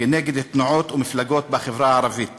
כנגד תנועות ומפלגות בחברה הערבית